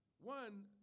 One